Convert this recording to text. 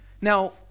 Now